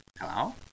Hello